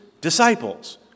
disciples